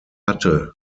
hatte